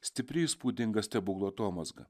stipri įspūdinga stebuklo atomazga